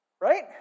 Right